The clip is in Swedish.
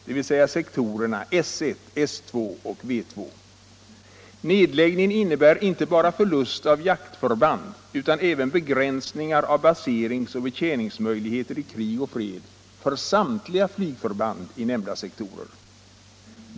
dvs. sektorerna S 1, § 2 och W 2. Nedläggningen innebär inte bara förlust av jaktförband utan även begränsningar av baseringsoch betjäningsmöjligheter i krig och fred för samtliga flygförband i nämnda sektorer.